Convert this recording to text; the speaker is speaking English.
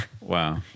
Wow